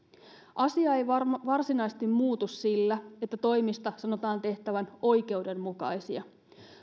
asia ei varsinaisesti muutu sillä että toimista sanotaan tehtävän oikeudenmukaisia